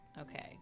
Okay